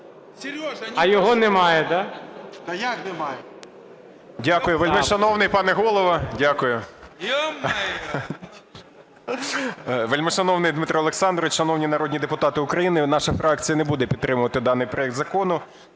А його немає, да?